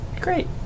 Great